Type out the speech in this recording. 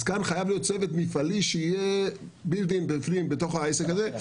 כאן חייב להיות צוות מפעלי שיהיה בנוי בפנים בתוך העסק הזה.